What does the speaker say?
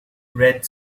red